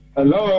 Hello